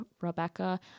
rebecca